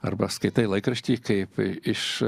arba skaitai laikraštį kaip iš